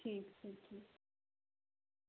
ठीक छै